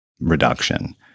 reduction